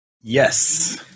Yes